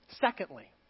Secondly